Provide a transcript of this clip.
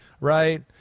right